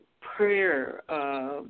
prayer